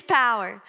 power